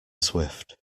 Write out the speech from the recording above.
swift